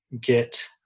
get